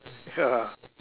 ya